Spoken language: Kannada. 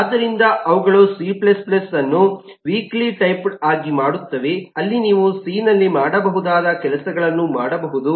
ಆದ್ದರಿಂದ ಅವುಗಳು ಸಿ C ಅನ್ನು ವೀಕ್ಲಿಟೈಪ್ಡ್ ಆಗಿ ಮಾಡುತ್ತವೆ ಅಲ್ಲಿ ನೀವು ಸಿ ನಲ್ಲಿ ಮಾಡಬಹುದಾದ ಕೆಲಸಗಳನ್ನು ಮಾಡಬಹುದು